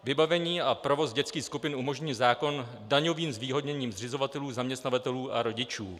Vybavení a provoz dětských skupin umožní zákon daňovým zvýhodněním zřizovatelů, zaměstnavatelů a rodičů.